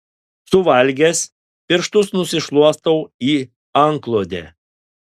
suvalgęs pirštus nusišluostau į antklodę